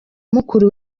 mukuru